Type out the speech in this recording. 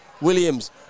Williams